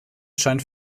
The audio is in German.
scheint